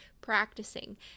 practicing